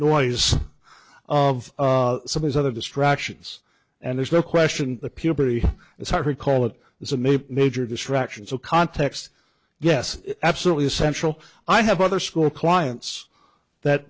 noise of some his other distractions and there's no question the puberty as her call it is a major distraction so context yes absolutely essential i have other school clients that